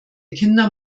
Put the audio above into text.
kinder